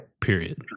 Period